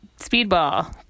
speedball